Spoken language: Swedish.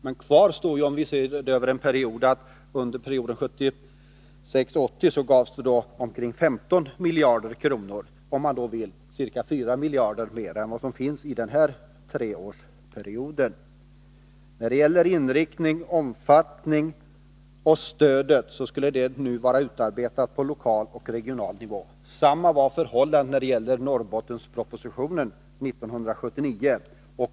Men kvar står, om vi ser det över en längre period, att under perioden 1976-1980 gavs omkring 15 miljarder kronor, ca 4 gånger mer än vad som föreslås för den kommande treårsperioden. När det gäller inriktningen och omfattningen av stödet så skulle man nu ha utarbetat förslaget på lokal och regional nivå. Samma var förhållandet när det gäller Norrbottenspropositionen 1979.